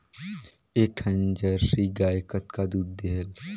एक ठन जरसी गाय कतका दूध देहेल?